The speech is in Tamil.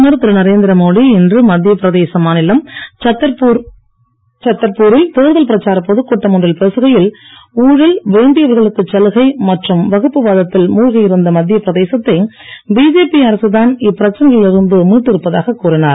பிரதமர் திரு நரேந்திரமோடி இன்று மத்திய பிரதேசம் மாநிலம் சத்தர்ப்பூரில் இன்று தேர்தல் பிரச்சாரப் பொதுக் கூட்டம் ஒன்றில் பேசுகையில் ஊழல் வேண்டியவர்களுக்கு சலுகை மற்றும் வகுப்பு வாதத்தில் மூழ்கி இருந்த மத்திய பிரதேசத்தை பிஜேபி அரசு தான் இப்பிரச்சனைகளில் இருந்து மீட்டிருப்பதாக கூறினார்